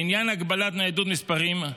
לעניין הגבלת ניידות מספרים,